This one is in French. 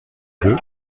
deux